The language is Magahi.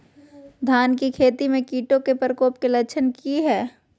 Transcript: धान की खेती में कीटों के प्रकोप के लक्षण कि हैय?